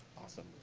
awesome,